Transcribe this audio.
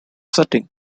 setting